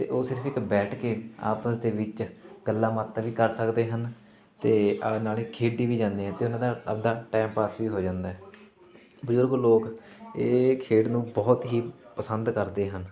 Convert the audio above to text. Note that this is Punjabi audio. ਅਤੇ ਉਹ ਸਿਰਫ ਇੱਕ ਬੈਠ ਕੇ ਆਪਸ ਦੇ ਵਿੱਚ ਗੱਲਾਂ ਬਾਤਾਂ ਵੀ ਕਰ ਸਕਦੇ ਹਨ ਅਤੇ ਅ ਨਾਲੇ ਖੇਡੀ ਵੀ ਜਾਂਦੇ ਆ ਅਤੇ ਉਹਨਾਂ ਦਾ ਆਪਦਾ ਟਾਈਮ ਪਾਸ ਵੀ ਹੋ ਜਾਂਦਾ ਬਜ਼ੁਰਗ ਲੋਕ ਇਹ ਖੇਡ ਨੂੰ ਬਹੁਤ ਹੀ ਪਸੰਦ ਕਰਦੇ ਹਨ